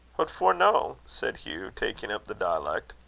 what for no? said hugh, taking up the dialect.